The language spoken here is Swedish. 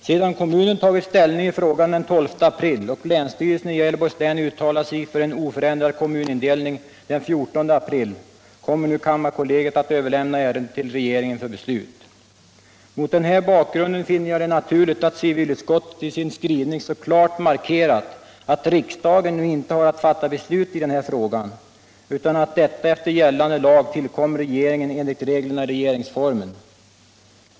Sedan kommunen tagit ställning i frågan den 12 april och länsstyrelsen i Gävleborgs län uttalat sig för en oförändrad kommunindelning den 14 april kommer nu kammarkollegiet att överlämna ärendet till regeringen för beslut. Mot den här bakgrunden finner jag det naturligt att civilutskottet i sin skrivning så klart markerat att riksdagen nu inte har att fatta beslut i den här frågan, utan att detta enligt gällande regler i regeringsformen tillkommer regeringen.